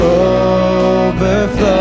overflow